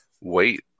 wait